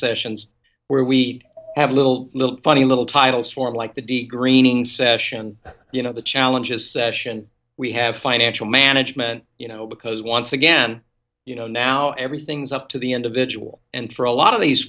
sessions where we have a little little funny little titles form like the d greening session you know the challenges session we have financial management you know because once again you know now everything's up to the individual and for a lot of these